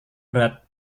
berat